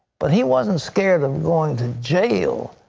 but he wasn't scared of going to jail.